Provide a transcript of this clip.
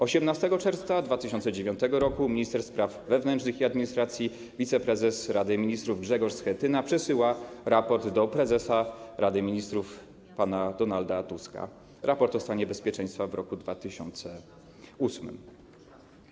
18 czerwca 2009 r. minister spraw wewnętrznych i administracji wiceprezes Rady Ministrów Grzegorz Schetyna przesyła raport do prezesa Rady Ministrów pana Donalda Tuska - raport o stanie bezpieczeństwa w roku 2008.